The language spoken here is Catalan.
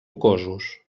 rocosos